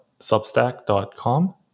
substack.com